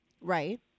Right